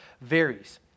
varies